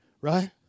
Right